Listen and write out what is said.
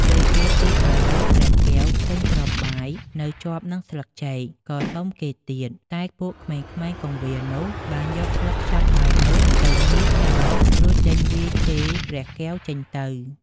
ពេលគេស៊ីបាយរួច ព្រះកែវឃើញគ្រាប់បាយនៅជាប់នឹងស្លឹកចេក ក៏សុំគេទៀត តែពួកក្មេងៗគង្វាលនោះបានយកស្លឹកខ្ចប់បាយនោះទៅញីចោល រួចដេញវាយជេរព្រះកែវចេញទៅ ។